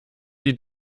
die